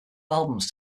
albums